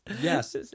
Yes